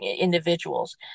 individuals